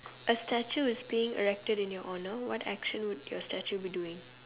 a statue is being erected in your honor what action would your statue be doing